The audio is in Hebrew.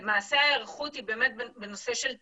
למעשה ההיערכות היא בנושא של תקינה.